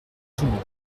toulon